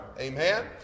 amen